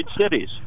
cities